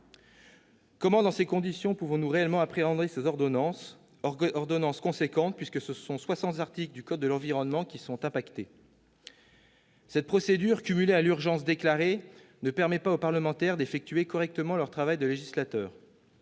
Comment, dans ces conditions, pouvons-nous réellement appréhender ces ordonnances importantes, puisque ce sont soixante articles du code de l'environnement qui sont impactés ? Cette procédure, cumulée à l'utilisation de la procédure accélérée, ne permet pas aux parlementaires d'effectuer correctement leur travail de législateur.